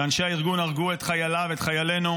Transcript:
שאנשי הארגון הרגו את חייליו, את חיילינו.